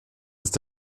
ist